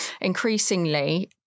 increasingly